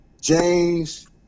James